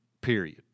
period